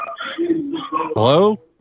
Hello